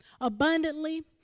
abundantly